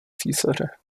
císaře